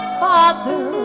father